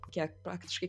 kiek praktiškai